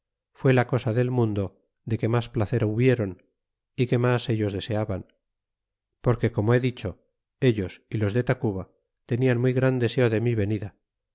fue la a cosa de el mundo de que mas placer hobieron y que mas ellos a deseaban porque como he dicho ellos y los de tacuba tedian a muy gran deseo de mi venida